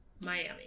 Miami